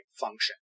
function